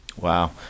Wow